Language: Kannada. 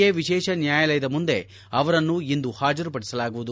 ಎ ವಿಶೇಷ ನ್ಲಾಯಾಲಯದ ಮುಂದೆ ಅವರನ್ನು ಇಂದು ಹಾಜರುಪಡಿಸಲಾಗುವುದು